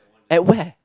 at where